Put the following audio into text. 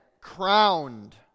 crowned